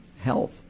health